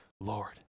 Lord